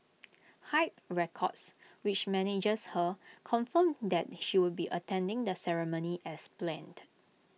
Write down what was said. hype records which manages her confirmed that she would be attending the ceremony as planned